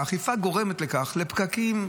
האכיפה גורמת לפקקים.